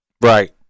Right